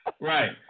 right